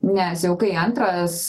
nes jau kai antras